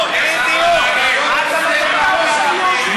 זה לא נכון, יהודים נגד החוק הזה.